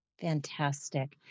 Fantastic